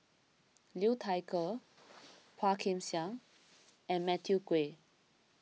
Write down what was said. Liu Thai Ker Phua Kin Siang and Matthew Ngui